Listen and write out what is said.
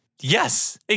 Yes